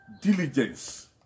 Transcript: Diligence